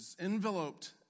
enveloped